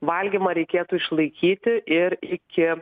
valgymą reikėtų išlaikyti ir iki